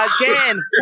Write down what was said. Again